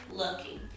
looking